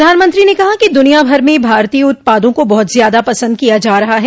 प्रधानमंत्री ने कहा कि दुनियाभर में भारतीय उत्पादों को बहुत ज्यादा पसन्द किया जा रहा है